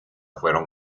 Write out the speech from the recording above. fueron